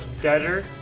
deader